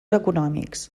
econòmics